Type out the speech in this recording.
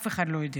אף אחד לא יודע.